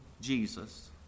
Jesus